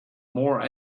more